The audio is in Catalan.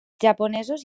japonesos